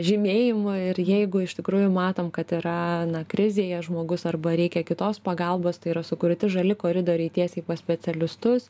žymėjimų ir jeigu iš tikrųjų matom kad yra na krizėje žmogus arba reikia kitos pagalbos tai yra sukurti žali koridoriai tiesiai pas specialistus